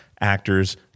actors